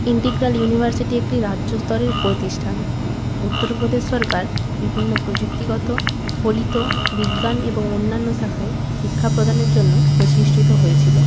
integral university একটি রাজ্যস্তরের প্রতিষ্ঠান উত্তর প্রদেশ সরকার বিভিন্ন প্রযুক্তিগত ফলিত বিজ্ঞান এবং অন্যান্য শাখায় শিক্ষা প্রদানের জন্য প্রতিষ্ঠিত হয়েছিল